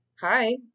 hi